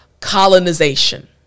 Colonization